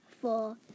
four